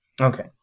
Okay